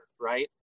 right